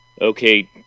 okay